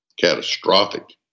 catastrophic